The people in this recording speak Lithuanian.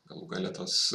galų gale tas